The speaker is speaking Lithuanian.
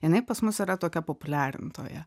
jinai pas mus yra tokia populiarintoja